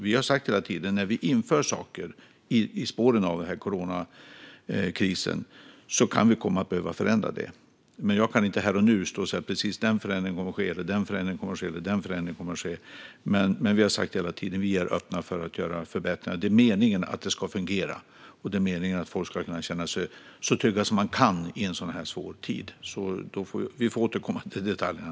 Vi har hela tiden sagt att saker som införs i spåren av coronakrisen kan komma att behöva förändras. Jag kan inte här och nu säga att precis den eller den förändringen kommer att ske, men vi har hela tiden sagt att vi är öppna för att göra förbättringar. Det är meningen att det ska fungera, och det är meningen att folk ska känna sig så trygga som de kan i en svår tid. Vi får återkomma till detaljerna.